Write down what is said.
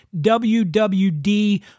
WWD